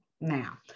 Now